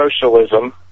socialism